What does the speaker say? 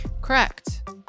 Correct